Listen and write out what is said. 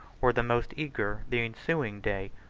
were the most eager, the ensuing day,